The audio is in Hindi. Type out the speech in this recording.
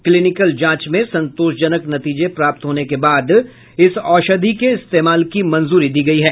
क्लीनिकल जांच में संतोषजनक नतीजे प्राप्त होने के बाद इस औषधि के इस्तेमाल की मंजूरी दी गई है